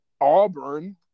Auburn